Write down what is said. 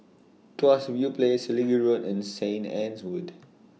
Tuas View Place Selegie Road and Saint Anne's Wood